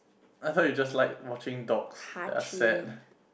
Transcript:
I thought you just like watching dogs that are sad